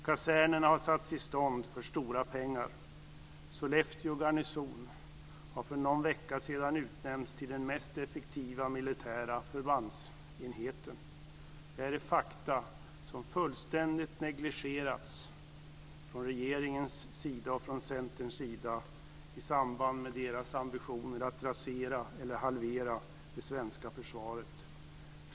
Kasernerna har satts i stånd för stora pengar. Sollefteå garnison har för någon vecka sedan utnämnts till den mest effektiva militära förbandsenheten. Detta är fakta som fullständigt negligerats från regeringens och Centerns sida i samband med deras ambitioner att rasera eller halvera det svenska försvaret.